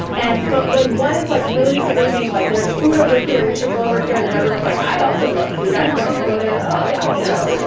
and but when one is like really screaming, like, there's food over here, we should go over here, everyone's like, i also love food! i'm going to go there as well. yeah so